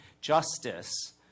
justice